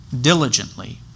diligently